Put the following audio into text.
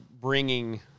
bringing